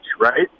right